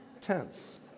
tense